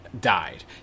died